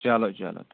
چلو چلو